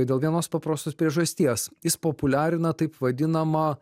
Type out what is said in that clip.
dėl vienos paprastos priežasties jis populiarina taip vadinamą